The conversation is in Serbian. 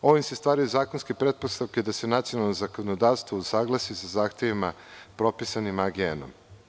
Ovim se stvaraju zakonske pretpostavke da se nacionalno zakonodavstvo usaglasi sa zahtevima propisanim AGN-om.